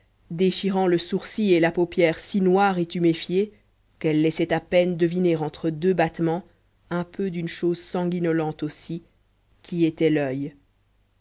déchirant le sourcil et la paupière si noire et tuméfiée qu'elle laissait à peine deviner entre deux battements un peu d'une chose sanguinolente aussi qui était l'oeil